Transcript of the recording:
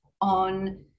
on